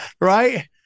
Right